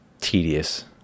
tedious